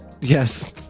Yes